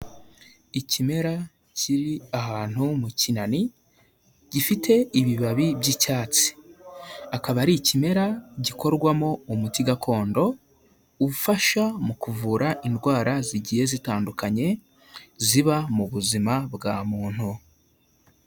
Ikimera kiri ahantu mu kinani, gifite ibibabi by'icyatsi, akaba ari ikimera gikorwamo umuti gakondo ufasha mu kuvura indwara zigiye zitandukanye ziba mu buzima bwa muntu.